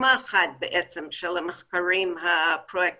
דוגמה אחת של המחקרים הפרואקטיביים